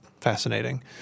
fascinating